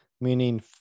meaning